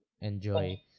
enjoy